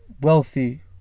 wealthy